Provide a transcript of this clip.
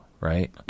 right